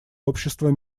общества